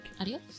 Adios